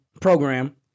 program